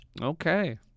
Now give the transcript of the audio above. Okay